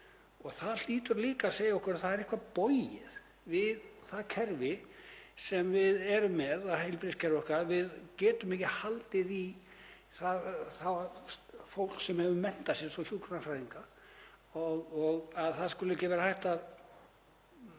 Það hlýtur líka að segja okkur að það er eitthvað bogið við það kerfi sem við erum með, heilbrigðiskerfið okkar, þegar við getum ekki haldið í það fólk sem hefur menntað sig, eins og hjúkrunarfræðinga, það skuli ekki vera hægt að